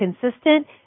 consistent